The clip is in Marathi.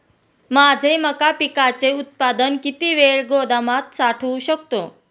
माझे मका पिकाचे उत्पादन किती वेळ गोदामात साठवू शकतो?